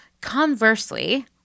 Conversely